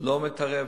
לא מתערב,